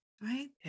right